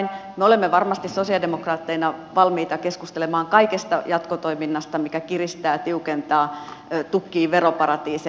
me olemme varmasti sosialidemokraatteina valmiita keskustelemaan kaikesta jatkotoiminnasta mikä kiristää tiukentaa ja tukkii veroparatiiseja